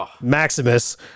Maximus